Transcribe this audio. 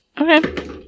Okay